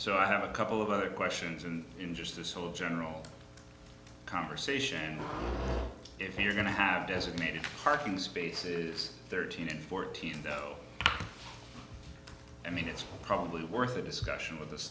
so i have a couple of other questions and in just this whole general conversation if you're going to have designated parking spaces thirteen and fourteen though i mean it's probably worth a discussion with th